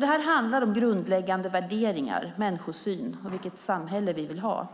Det här handlar om grundläggande värderingar, människosyn och vilket samhälle vi vill ha.